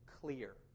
clear